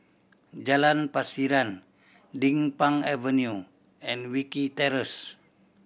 Jalan Pasiran Din Pang Avenue and Wilkie Terrace